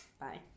bye